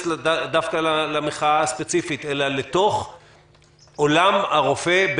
דווקא למחאה הספציפית אלא אל עולם הרופא,